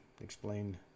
explained